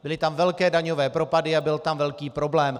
Byly tam velké daňové propady a byl tam velký problém.